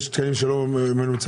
יש תקנים שלא מנוצלים?